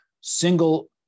single